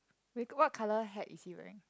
wig what colour hat is he wearing